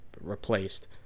replaced